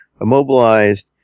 immobilized